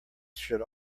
should